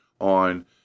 on